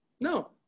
No